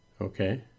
okay